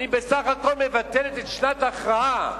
אני בסך הכול מבטלת את שנת ההכרעה.